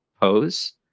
pose